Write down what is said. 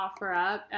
OfferUp